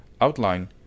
Outline